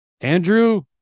Andrew